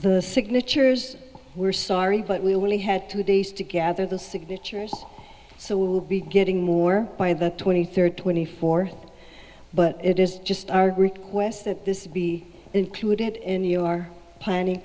the signatures were sorry but we only had two days to gather the signatures so we will be getting more by the twenty third twenty four but it is just our request that this be included in your planning